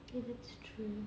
if it's true